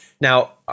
Now